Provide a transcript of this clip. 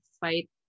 fight